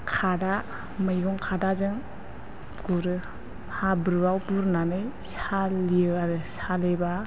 खादा मैगं खादाजों गुरो हाब्रुआव बुरनानै सालियो आरो सालिब्ला